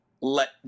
let –